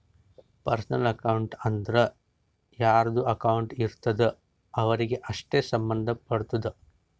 personal account ಅಂದುರ್ ಯಾರ್ದು account ಇರ್ತುದ್ ಅವ್ರಿಗೆ ಅಷ್ಟೇ ಸಂಭಂದ್ ಪಡ್ತುದ